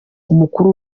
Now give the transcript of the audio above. umukuru